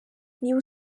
niba